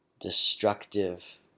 destructive